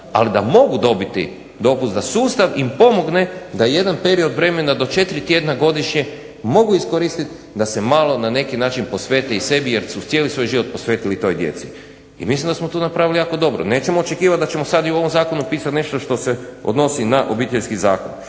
ali da mogu dobiti dopust, da sustav im pomogne da jedan period vremena do 4 tjedna godišnje mogu iskoristiti da se malo na neki način posvete i sebi jer su cijeli svoj život posvetili toj djeci. I mislim da smo tu napravili jako dobro. Nećemo očekivati da ćemo sad i u ovom zakonu pisati nešto što se odnosi na obiteljski zakon.